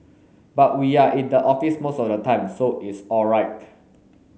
but we are in the office most of the time so it's all right